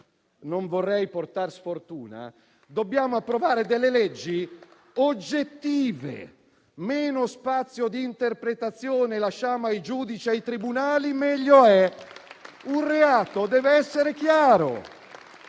non vorrei portare sfortuna - dico che noi dobbiamo approvare delle leggi oggettive. Meno spazio di interpretazione lasciamo ai giudici e ai tribunali, meglio è. Un reato deve essere chiaro.